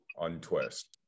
untwist